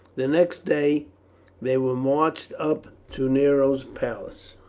the next day they were marched up to nero's palace.